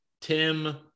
Tim